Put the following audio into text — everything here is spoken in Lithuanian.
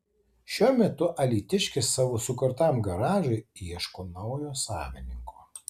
šiuo metu alytiškis savo sukurtam garažui ieško naujo savininko